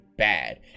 bad